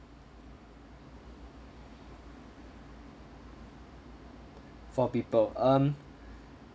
four people um